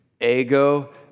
ego